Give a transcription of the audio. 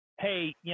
hey